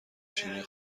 شیرین